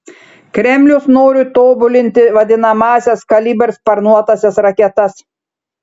kremlius nori tobulinti vadinamąsias kalibr sparnuotąsias raketas